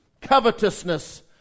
covetousness